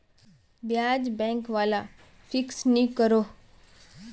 ब्याज़ बैंक वाला फिक्स नि करोह